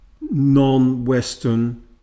non-Western